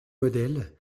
modèle